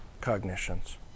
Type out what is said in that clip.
cognitions